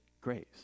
grace